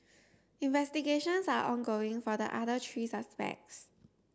investigations are ongoing for the other three suspects